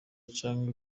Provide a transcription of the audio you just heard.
canke